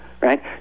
right